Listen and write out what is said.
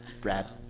Brad